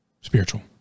spiritual